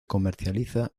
comercializa